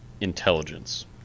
intelligence